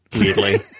weirdly